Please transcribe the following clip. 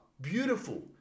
Beautiful